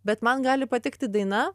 bet man gali patikti daina